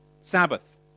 Sabbath